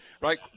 right